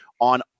on